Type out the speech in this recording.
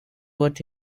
what